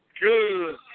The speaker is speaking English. good